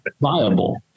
viable